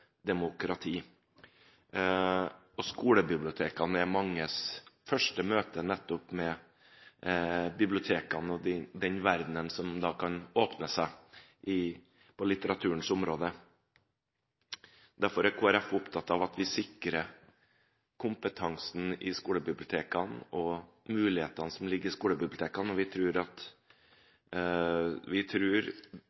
demokrati. Skolebibliotekene er manges første møte nettopp med bibliotekene og den verdenen som da kan åpne seg på litteraturens område. Derfor er Kristelig Folkeparti opptatt av at vi sikrer kompetansen i skolebibliotekene og mulighetene som ligger der, og vi tror at